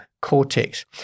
cortex